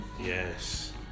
Yes